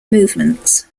movements